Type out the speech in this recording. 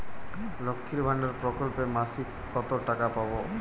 লক্ষ্মীর ভান্ডার প্রকল্পে মাসিক কত টাকা পাব?